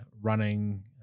running